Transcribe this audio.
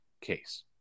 case